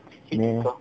没有